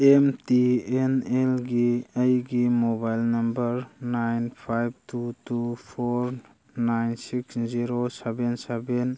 M T N ꯑꯦꯜꯒꯤ ꯑꯩꯒꯤ mobile number nine five two two four nine six zero seven seven